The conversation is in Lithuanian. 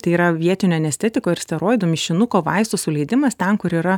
tai yra vietinio anestetiko ir steroidų mišinuko vaistų suleidimas ten kur yra